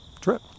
trip